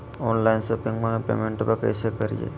Online शोपिंगबा में पेमेंटबा कैसे करिए?